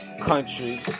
country